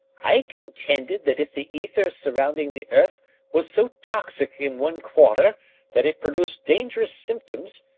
i contended that if the ether surrounding the earth was so toxic in one quarter that it produced dangerous symptoms,